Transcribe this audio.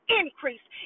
increase